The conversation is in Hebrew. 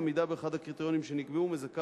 עמידה באחד הקריטריונים שנקבעו מזכה